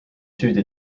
süüdi